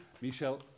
Michel